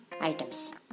items